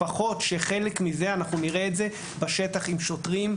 לפחות שחלק מזה אנחנו נראה את זה בשטח עם שוטרים,